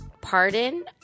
pardon